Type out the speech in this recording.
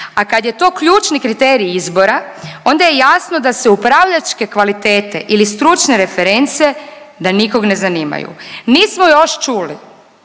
a kad je to ključni kriterij izbora onda je jasno da se upravljačke kvalitete ili stručne reference da nikog ne zanimaju. Nismo još čuli